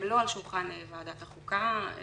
הן לא על שולחן ועדת החוקה כרגע.